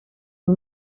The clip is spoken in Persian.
این